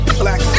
black